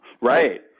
right